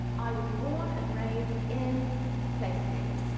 i was born and raised in place name.